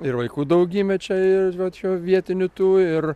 ir vaikų daug gimė čia ir va čia vietinių tų ir